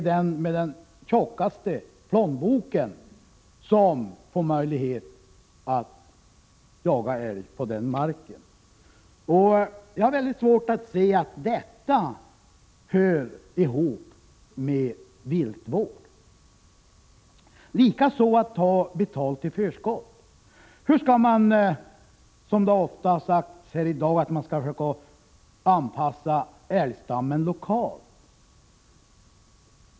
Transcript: Den med den tjockaste plånboken får alltså möjligheten att jaga älg på den marken. Jag har väldigt svårt att se att detta hör ihop med viltvård, liksom att ta betalt i förskott. Det har sagts här i dag att man skall försöka anpassa älgstammen lokalt.